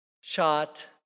shot